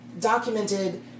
documented